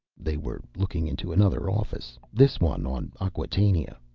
they were looking into another office, this one on acquatainia.